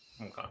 Okay